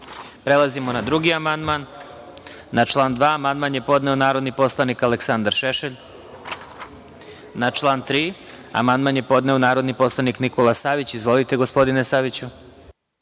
Radeta. Prelazimo na drugi amandman. Na član 2. amandman je podneo narodni poslanik Aleksandar Šešelj. Na član 3. amandman je podneo narodni poslanik Nikola Savić. Izvolite, gospodine Saviću.